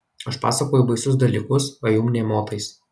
aš pasakoju baisius dalykus o jum nė motais